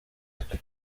twe